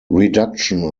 reduction